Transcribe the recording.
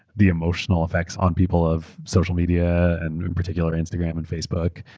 the emotional effects on people of social media, and in particular instagram and facebook.